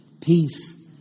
peace